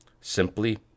simply